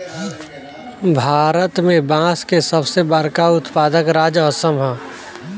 भारत में बांस के सबसे बड़का उत्पादक राज्य असम ह